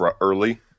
early